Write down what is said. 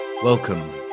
Welcome